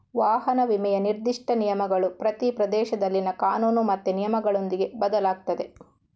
ವಾಹನ ವಿಮೆಯ ನಿರ್ದಿಷ್ಟ ನಿಯಮಗಳು ಪ್ರತಿ ಪ್ರದೇಶದಲ್ಲಿನ ಕಾನೂನು ಮತ್ತೆ ನಿಯಮಗಳೊಂದಿಗೆ ಬದಲಾಗ್ತದೆ